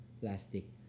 plastic